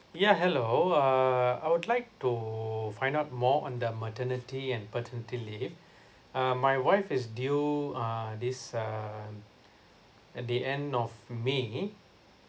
yeah hello uh I would like to find out more on the maternity and paternity leave uh my wife is due uh this uh at the end of may